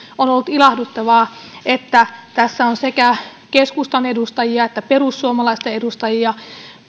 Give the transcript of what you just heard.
on ollut ilahduttavaa että tässä on sekä keskustan edustajia että perussuomalaisten edustajia